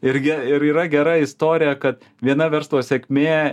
irgi ir yra gera istorija kad viena verslo sėkmė